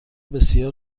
بسیار